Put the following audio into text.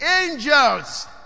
angels